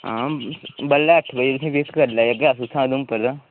हां बड़लै अट्ठ बजे तुसें पिक करी लैगा उत्थोआं उधमपुर दा